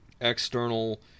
external